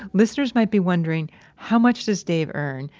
listeners might be wondering how much does dave earn?